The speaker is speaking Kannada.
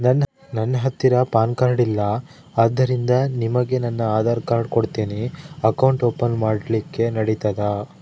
ನನ್ನ ಹತ್ತಿರ ಪಾನ್ ಕಾರ್ಡ್ ಇಲ್ಲ ಆದ್ದರಿಂದ ನಿಮಗೆ ನನ್ನ ಆಧಾರ್ ಕಾರ್ಡ್ ಕೊಡ್ತೇನಿ ಅಕೌಂಟ್ ಓಪನ್ ಮಾಡ್ಲಿಕ್ಕೆ ನಡಿತದಾ?